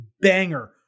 banger